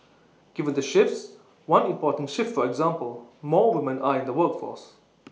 given the shifts one important shift for example more women are in the workforce